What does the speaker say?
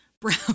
Brown